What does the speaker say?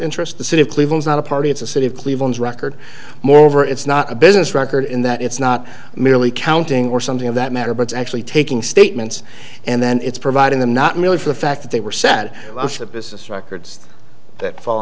interest the city of cleveland not a party it's a city of cleveland's record moreover it's not a business record in that it's not merely counting or something of that matter but actually taking statements and then it's providing them not merely for the fact that they were sad the business records that fall